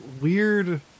weird